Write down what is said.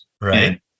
Right